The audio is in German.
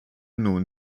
nun